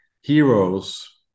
heroes